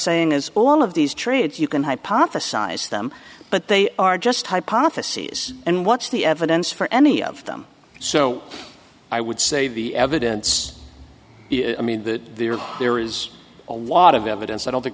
saying is all of these trades you can hypothesize them but they are just hypotheses and what's the evidence for any of them so i would say the evident i mean that there is a lot of evidence i don't think